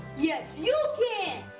yes you can!